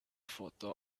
photo